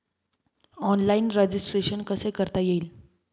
Online registration कसे करता येईल?